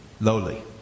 lowly